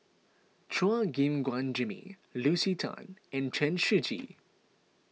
Chua Gim Guan Jimmy Lucy Tan and Chen Shiji